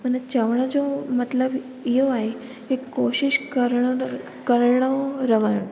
मना चवण जो मतिलबु ईहो आहे के कोशिशि करण करणो रहण